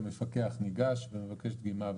המפקח ניגש ומבקש דגימה,